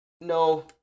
no